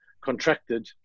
contracted